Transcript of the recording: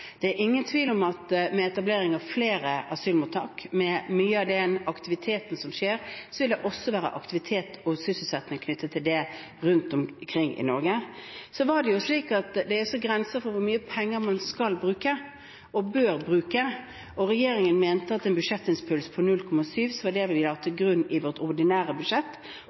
Det er ingen tvil om at med etablering av flere asylmottak, med mye av den aktiviteten som skjer, så vil det også være aktivitet og sysselsetting knyttet til det rundt omkring i Norge. Det er også grenser for hvor mye penger man skal bruke og bør bruke. Regjeringen la til grunn en budsjettimpuls på 0,7 pst. for vårt ordinære budsjett, noe som fikk god støtte blant fagøkonomer, at dette var